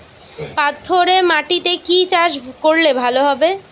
পাথরে মাটিতে কি চাষ করলে ভালো হবে?